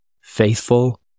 faithful